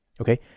Okay